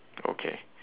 okay